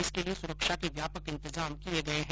इसके लिये सुरक्षा के व्यापक इंतजाम किये गये है